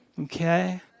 Okay